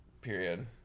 period